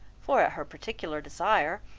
for at her particular desire,